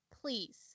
please